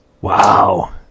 Wow